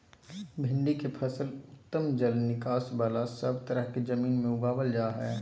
भिंडी के फसल उत्तम जल निकास बला सब तरह के जमीन में उगावल जा हई